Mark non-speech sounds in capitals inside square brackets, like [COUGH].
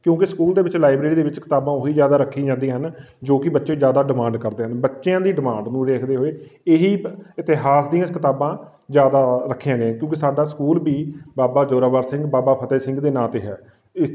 ਕਿਉਂਕਿ ਸਕੂਲ ਦੇ ਵਿੱਚ ਲਾਈਬ੍ਰੇਰੀ ਦੇ ਵਿੱਚ ਕਿਤਾਬਾਂ ਉਹੀ ਜ਼ਿਆਦਾ ਰੱਖੀਆਂ ਜਾਂਦੀਆਂ ਹਨ ਜੋ ਕਿ ਬੱਚੇ ਜ਼ਿਆਦਾ ਡਿਮਾਂਡ ਕਰਦੇ ਹਨ ਬੱਚਿਆਂ ਦੀ ਡਿਮਾਂਡ ਨੂੰ ਦੇਖਦੇ ਹੋਏ ਇਹੀ [UNINTELLIGIBLE] ਇਤਿਹਾਸ ਦੀਆਂ ਕਿਤਾਬਾਂ ਜ਼ਿਆਦਾ ਰੱਖੀਆਂ ਗਈਆਂ ਕਿਉਂਕਿ ਸਾਡਾ ਸਕੂਲ ਵੀ ਬਾਬਾ ਜੋਰਾਵਰ ਸਿੰਘ ਬਾਬਾ ਫਤਿਹ ਸਿੰਘ ਦੇ ਨਾਂ 'ਤੇ ਹੈ ਇਸ